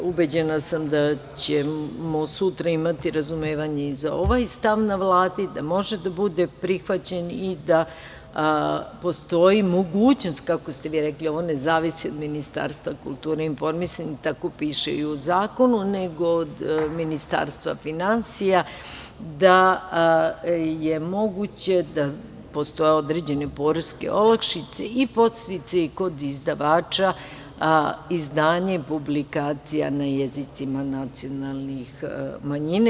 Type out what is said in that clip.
Ubeđena sam da ćemo sutra imati razumevanja i za ovaj stav na Vladi, da može da bude prihvaćen i da postoji mogućnost, kako ste vi rekli, ovo ne zavisi od Ministarstva kulture i informisanja, tako piše i u zakonu, nego od Ministarstva finansija, da je moguće da postoje određene poreske olakšice i podsticaji kod izdavača izdanja i publikacija na jezicima nacionalnih manjina.